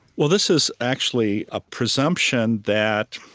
well, this is actually a presumption that,